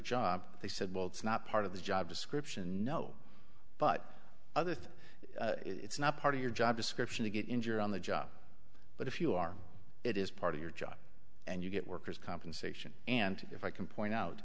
job they said well it's not part of the job description no but other things it's not part of your job description to get injured on the job but if you are it is part of your job and you get worker's compensation and if i can point out